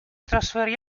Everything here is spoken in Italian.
trasferì